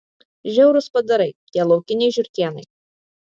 žiaurūs padarai tie laukiniai žiurkėnai